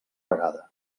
vegada